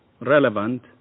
relevant